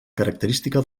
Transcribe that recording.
característica